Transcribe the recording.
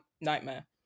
nightmare